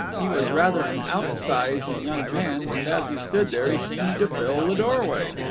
he was rather an outsize in young men, and as he stood there he seemed to fill the doorway.